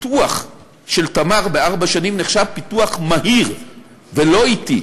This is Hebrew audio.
פיתוח "תמר" בארבע שנים נחשב פיתוח מהיר ולא אטי.